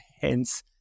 hence